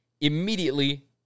immediately